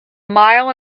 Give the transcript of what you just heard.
mile